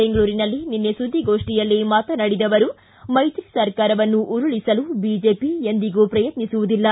ಬೆಂಗಳೂರಿನಲ್ಲಿ ನಿನ್ನೆ ಸುದ್ದಿಗೋಷ್ಠಿಯಲ್ಲಿ ಮಾತನಾಡಿದ ಅವರು ಮೈತ್ರಿ ಸರ್ಕಾರವನ್ನು ಉರುಳಿಸಲು ಬಿಜೆಪಿ ಎಂದಿಗೂ ಪ್ರಯತ್ನಿಸುವುದಿಲ್ಲ